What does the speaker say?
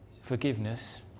forgiveness